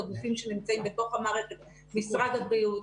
הגופים שנמצאים בתוך המערכת: משרד הבריאות,